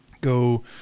go